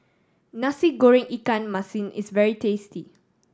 Nasi Goreng ikan masin is very tasty